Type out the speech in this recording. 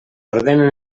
ordenen